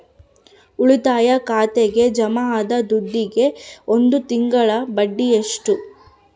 ಉಳಿತಾಯ ಖಾತೆಗೆ ಜಮಾ ಆದ ದುಡ್ಡಿಗೆ ಒಂದು ತಿಂಗಳ ಬಡ್ಡಿ ಎಷ್ಟು?